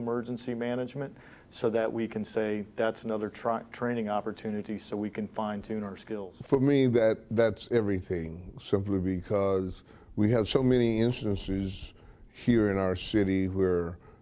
emergency management so that we can say that's another truck training opportunity so we can fine tune our skills for me that everything simply because we have so many instances here in our city were